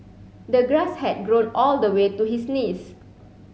the grass had grown all the way to his knees